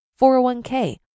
401k